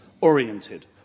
oriented